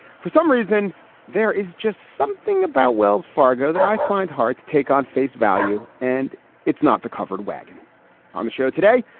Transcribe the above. for some reason there is just something about wells fargo that i find hard to take on face value. and it's not the covered wagon on the show today.